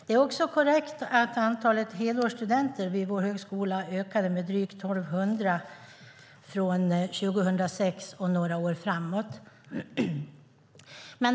Det är också korrekt att antalet helårsstudenter vid vår högskola ökade med drygt 1 200 från 2006 och några år framåt.